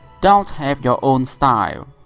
don't have your own style